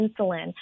insulin